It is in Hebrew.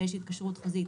כשיש התקשרות חוזית,